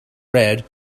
red